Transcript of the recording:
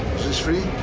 this free?